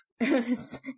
Yes